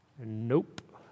Nope